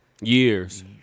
Years